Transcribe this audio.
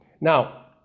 Now